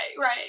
right